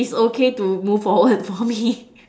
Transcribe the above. is okay to move forward for me